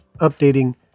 updating